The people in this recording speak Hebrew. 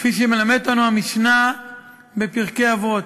כפי שמלמדת אותנו המשנה בפרקי אבות,